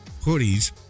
hoodies